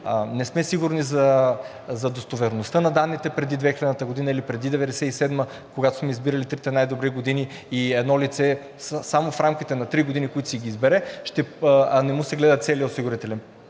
не сме сигурни за достоверността на данните преди 2000 г. или преди 1997 г., когато сме избирали трите най-добри години и едно лице само в рамките на 3 години, които си ги избере, а не му се гледа целият осигурителен